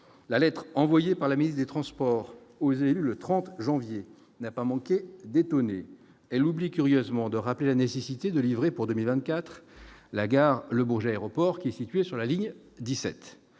la lettre envoyée par la ministre des Transports, oser le 30 janvier n'a pas manqué d'étonner, elle oublie curieusement de rappeler la nécessité de livrer pour 2024 la gare le Bourget, aéroport, qui est située sur la ligne 17,